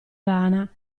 rana